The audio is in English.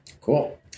Cool